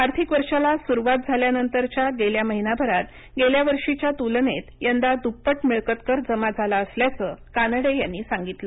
आर्थिक वर्षाला सुरुवात झाल्यानंतरच्या गेल्या महिनाभरात गेल्या वर्षीच्या तुलनेत यंदा दुप्पट मिळकतकर जमा झाला असल्याचं कानडे यांनी सांगितलं